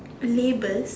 labels